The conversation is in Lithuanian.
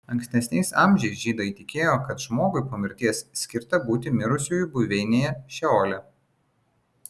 ankstesniais amžiais žydai tikėjo kad žmogui po mirties skirta būti mirusiųjų buveinėje šeole